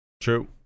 True